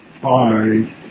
Bye